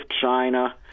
China